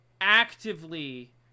actively